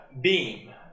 beam